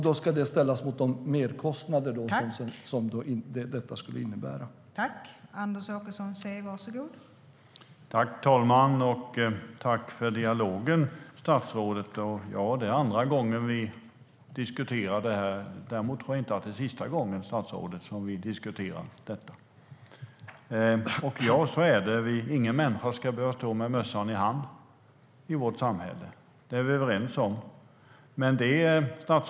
Det ska då ställas mot de merkostnader som detta skulle innebära.